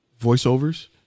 voiceovers